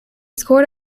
scored